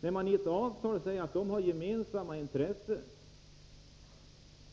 när man inte kommer fram till en gemensam uppfattning. Men i det här aktuella avtalet säger man att dessa båda parter har gemensamma intressen.